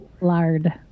Lard